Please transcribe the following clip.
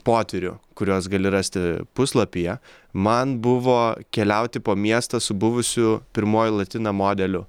potyrių kuriuos gali rasti puslapyje man buvo keliauti po miestą su buvusiu pirmoji latina modeliu